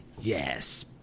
yes